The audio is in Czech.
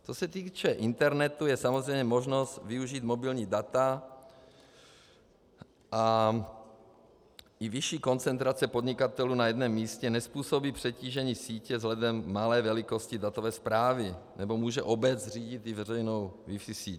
Co se týče internetu, je samozřejmě možnost využít mobilní data a i vyšší koncentrace podnikatelů na jednom místě nezpůsobí přetížení sítě vzhledem k malé velikosti datové správy, nebo může obec zřídit i veřejnou wifi síť.